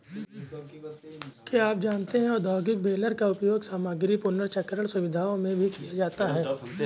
क्या आप जानते है औद्योगिक बेलर का उपयोग सामग्री पुनर्चक्रण सुविधाओं में भी किया जाता है?